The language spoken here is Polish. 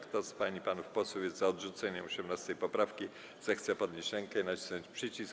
Kto z pań i panów posłów jest za odrzuceniem 18. poprawki, zechce podnieść rękę i nacisnąć przycisk.